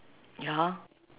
ya